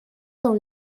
dans